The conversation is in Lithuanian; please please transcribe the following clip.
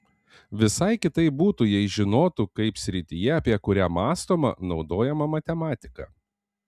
visai kitaip būtų jei žinotų kaip srityje apie kurią mąstoma naudojama matematika